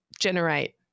generate